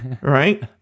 right